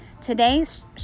Today's